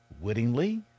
wittingly